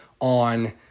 on